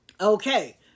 Okay